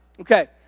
Okay